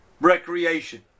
recreation